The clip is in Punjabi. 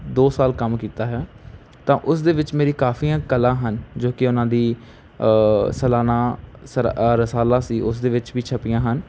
ਦੋ ਸਾਲ ਕੰਮ ਕੀਤਾ ਹੈ ਤਾਂ ਉਸਦੇ ਵਿੱਚ ਮੇਰੀ ਕਾਫ਼ੀਆਂ ਕਲਾ ਹਨ ਜੋ ਕਿ ਉਨ੍ਹਾਂ ਦੀ ਸਾਲਾਨਾ ਸਰਾ ਰਸਾਲਾ ਸੀ ਉਸਦੇ ਵਿੱਚ ਵੀ ਛਪੀਆਂ ਹਨ